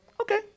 Okay